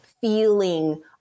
feeling